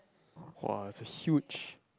!wah! it's a huge